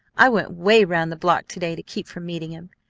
i went way round the block to-day to keep from meeting him.